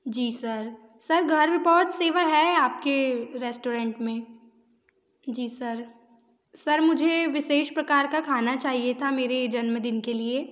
जी sir sir घर में पहुँच सेवा है आपके रेस्टोरेंट में जी सर सर मुझे विशेष प्रकार का खाना चाहिए था मेरे जन्मदिन के लिए